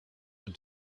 but